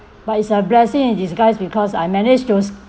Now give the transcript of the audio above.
but it's a blessing in disguise because I managed to